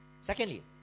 Secondly